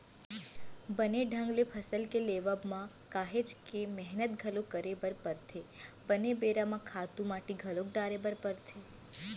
बने ढंग ले फसल के लेवब म काहेच के मेहनत घलोक करे बर परथे, बने बेरा म खातू माटी घलोक डाले बर परथे